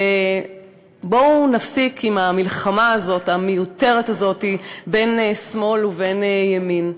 בואו נפסיק עם המלחמה המיותרת הזאת בין שמאל ובין ימין.